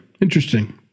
Interesting